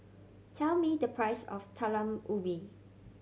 tell me the price of Talam Ubi